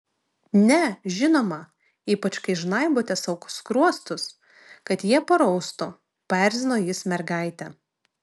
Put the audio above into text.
ne žinoma ypač kai žnaibote sau skruostus kad jie paraustų paerzino jis mergaitę